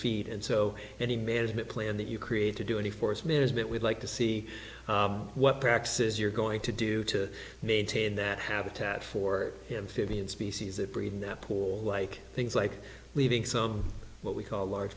feet and so any management plan that you create to do any forest management would like to see why praxis you're going to do to maintain that habitat for him fifteen species of breeding that pool like things like leaving some what we call large